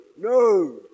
no